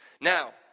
Now